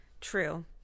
True